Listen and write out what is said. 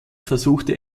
versuchte